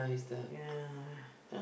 ya